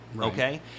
Okay